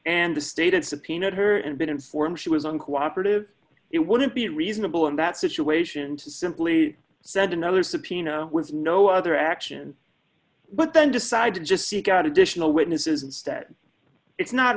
and the state had subpoenaed her and been informed she was uncooperative it wouldn't be reasonable in that situation to simply send another subpoena was no other action but then decided to just seek out additional witnesses instead it's not